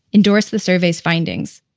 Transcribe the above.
endorsed the survey's findings.